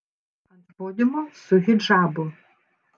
ant podiumo su hidžabu